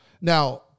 Now